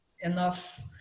enough